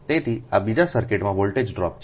તેથી આ બીજા સર્કિટમાં વોલ્ટેજ ડ્રોપ છે